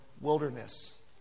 wilderness